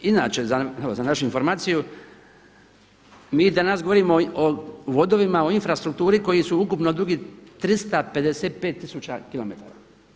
Inače evo za našu informaciju mi danas govorimo o vodovima, o infrastrukturi koji su ukupno dugi 355 tisuća kilometara.